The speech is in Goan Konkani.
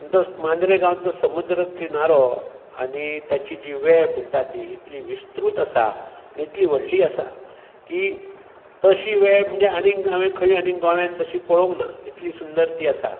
आनी तो मांद्रे गांवचो समुद्र किनारो आनी ताची जी वेळ म्हणटा ती इतली विस्त्रृत आसा आनी इतली व्हडली आसा की तशी वेळ म्हणजे हांवेन आनीक हांवेंन गोंयान तशी पळोंवक ना इतली सुंदर ती आसा